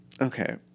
Okay